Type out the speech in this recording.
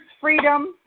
freedom